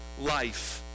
life